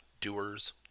doers